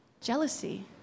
Jealousy